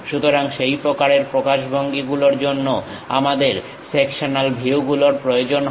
সুতরাং সেই প্রকারের প্রকাশভঙ্গি গুলোর জন্য আমাদের সেকশনাল ভিউগুলোর প্রয়োজন হয়